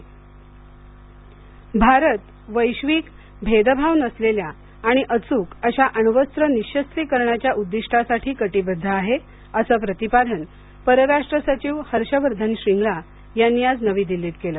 हर्षवर्धन आणिवक निशास्त्रीकरण भारत वैश्विक भेदभाव नसलेल्या आणि अचूक अशा अण्वस्त्र निःशस्त्रीकरणाच्या उद्दिष्टासाठी कटिबद्ध आहे असं प्रतिपादन परराष्ट्र सचिव हर्ष वर्धन श्रींगला यांनी आज नवी दिल्लीत केलं